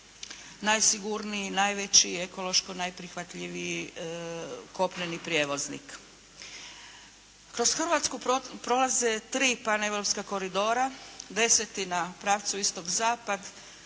najsigurniji, najveći i ekološko najprihvatljiviji kopneni prijevoznik. Kroz Hrvatsku prolaze tri paneuropska koridora 10. na pravcu istok-zapad